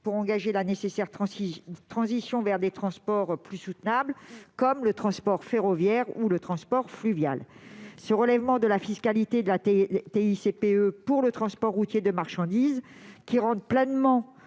pour engager la nécessaire transition vers des transports plus soutenables comme le transport ferroviaire ou le transport fluvial. Ce relèvement de la TICPE pour le transport routier de marchandises, qui figurait